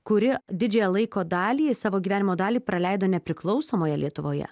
kuri didžiąją laiko dalį savo gyvenimo dalį praleido nepriklausomoje lietuvoje